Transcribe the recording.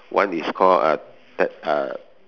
one is call uh te~ uh